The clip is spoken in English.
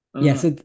Yes